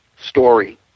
story